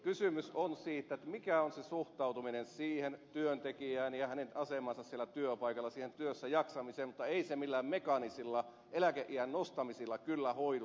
kysymys on siitä mikä on suhtautuminen siihen työntekijään ja hänen asemaansa siellä työpaikalla työssä jaksamiseen mutta ei se ongelma millään mekaanisilla eläkeiän nostamisilla kyllä hoidu